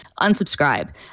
unsubscribe